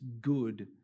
good